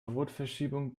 rotverschiebung